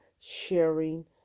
sharing